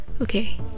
okay